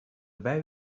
very